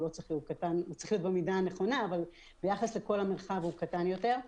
הוא צריך להיות במידה הנכונה אבל ביחס לכל המרחב הוא קטן יותר.